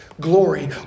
glory